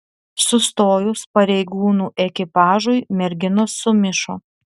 sustojus pareigūnų ekipažui merginos sumišo